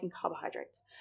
carbohydrates